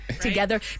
together